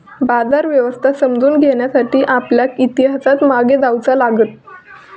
बाजार व्यवस्था समजावून घेण्यासाठी आपल्याक इतिहासात मागे जाऊचा लागात